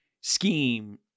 scheme